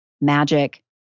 magic